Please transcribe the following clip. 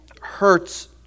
hurts